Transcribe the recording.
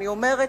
אני אומרת,